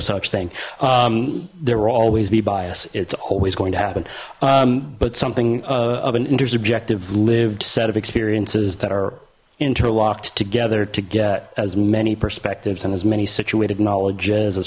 such thing there will always be bias it's always going to happen but something of an interest objective lived set of experiences that are interlocked together to get as many perspectives and as many situated knowledge as as